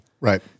Right